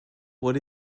what